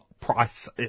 price